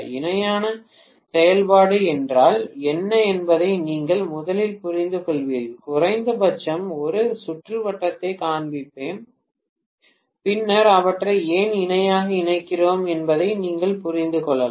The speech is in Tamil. இணையான செயல்பாடு என்றால் என்ன என்பதை நீங்கள் முதலில் புரிந்துகொள்கிறீர்கள் குறைந்தபட்சம் ஒரு சுற்றுவட்டத்தைக் காண்பிப்பேன் பின்னர் அவற்றை ஏன் இணையாக இணைக்கிறோம் என்பதை நீங்கள் புரிந்து கொள்ளலாம்